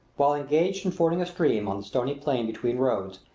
while engaged in fording a stream on the stony plain between road.